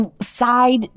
side